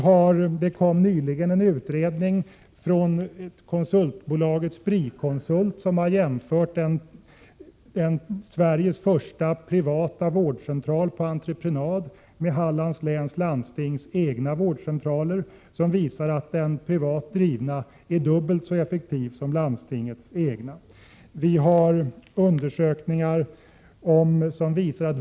Nyligen kom en utredning från konsultbolaget Spri-Konsult, som har jämfört Sveriges första vårdcentral på entreprenad, som ligger i Halmstad, med Hallands läns landstings egna vårdcentraler. Den visade att den privat drivna är dubbelt så effektiv som landstingets egna.